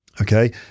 Okay